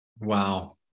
Wow